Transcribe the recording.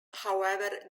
however